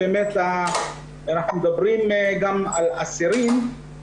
אנחנו מדברים גם על אסירים,